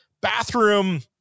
bathroom